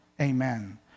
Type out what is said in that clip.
Amen